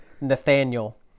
Nathaniel